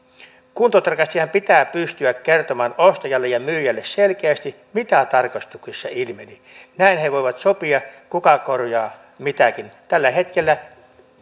kuntotarkastajan pitää pystyä kertomaan ostajalle ja myyjälle selkeästi mitä tarkastuksessa ilmeni näin he voivat sopia kuka korjaa mitäkin tällä hetkellä